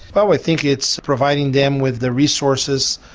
oh i think it's providing them with the resources,